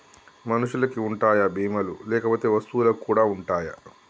మనుషులకి ఉంటాయా బీమా లు లేకపోతే వస్తువులకు కూడా ఉంటయా?